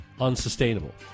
unsustainable